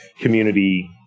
community